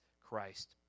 Christ